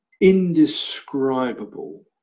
Indescribable